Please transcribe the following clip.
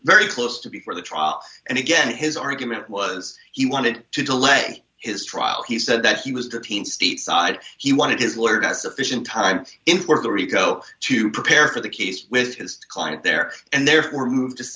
very close to before the trial and again his argument was he wanted to delay his trial he said that he was the team stateside he wanted his lawyer to sufficient time in for the rico to prepare for the case with his client there and therefore move